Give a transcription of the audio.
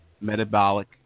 metabolic